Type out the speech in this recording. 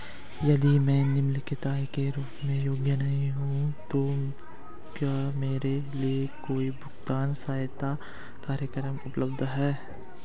यदि मैं निम्न आय के रूप में योग्य नहीं हूँ तो क्या मेरे लिए कोई भुगतान सहायता कार्यक्रम उपलब्ध है?